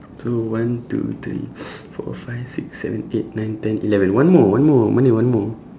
so one two three four five six seven eight nine ten eleven one more one more mana one more